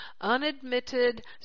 unadmitted